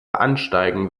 ansteigen